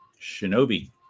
Shinobi